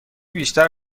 بیشتر